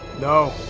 No